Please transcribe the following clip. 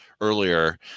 earlier